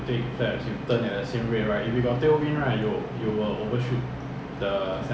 so before 我 turn N_D 上面应该有那个 wind vector mah